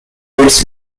leads